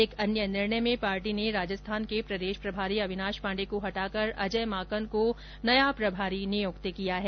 एक अन्य निर्णय में पार्टी ने राजस्थान के प्रदेश प्रभारी अविनाश पांडे को हटाकर अजय माकन को राजस्थान का प्रभारी नियुक्त किया है